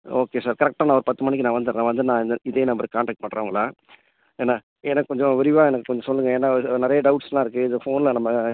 okay sir கரெக்டாக நான் ஒரு பத்து மணிக்கு நான் வந்தர்றேன் வந்து நான் இதே இதே நம்மருக்கு காண்டாக்ட் பண்ணுறேன் உங்களை என்ன எனக்கு கொஞ்சம் விரிவாக எனக்குக் கொஞ்சம் சொல்லுங்கள் ஏன்னால் இது நிறைய டவுட்ஸ்லாம் இருக்குது இது போனில் நம்ம